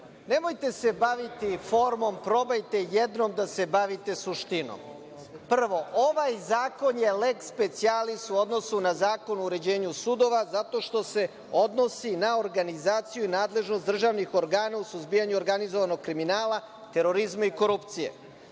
repliku. Nemojte se baviti formom. Probajte jednom da se bavite suštinom. Prvo, ovaj zakon je leks specijalis u odnosu na Zakon o uređenju sudova zato što se odnosi na organizaciju i nadležnost državnih organa u suzbijanju organizovanog kriminala, terorizma i korupcije.